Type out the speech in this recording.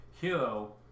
Hero